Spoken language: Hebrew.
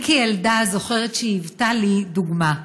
אני זוכרת שכילדה היא היוותה לי דוגמה.